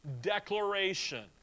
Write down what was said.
declaration